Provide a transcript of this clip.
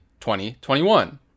2021